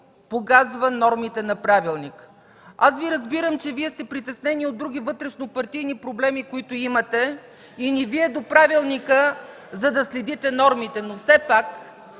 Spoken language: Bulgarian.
погазва нормите на Правилника. Аз Ви разбирам, че Вие сте притеснени от други вътрешнопартийни проблеми, които имате, и не Ви е до Правилника и да следите нормите. (Шум и